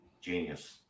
Genius